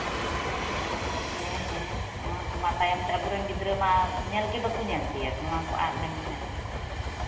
ᱦᱮᱸ ᱦᱮᱸ ᱱᱚᱣᱟ ᱠᱚᱢᱟ ᱛᱟᱭᱚᱢ ᱛᱮ ᱟᱵᱚᱨᱮᱱ ᱜᱤᱫᱽᱨᱟᱹ ᱢᱟ ᱧᱮᱞᱜᱮ ᱵᱟᱠᱚ ᱧᱮᱞ ᱛᱤᱭᱳᱜ ᱱᱚᱣᱟᱠᱚ ᱟᱫ ᱞᱮᱱᱠᱷᱟᱱ ᱢᱟ